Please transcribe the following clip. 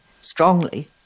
strongly